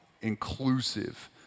inclusive